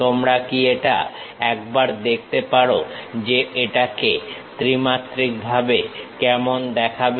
তোমরা কি এটা একবার দেখতে পারো যে এটাকে ত্রিমাত্রিক ভাবে কেমন দেখাবে